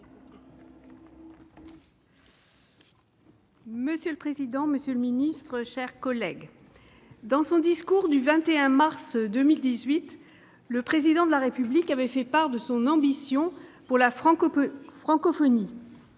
Monsieur le président, monsieur le ministre, mes chers collègues, dans son discours du 20 mars 2018, le Président de la République avait fait part de son ambition pour la francophonie.